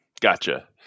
Gotcha